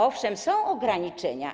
Owszem, są ograniczenia.